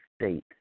state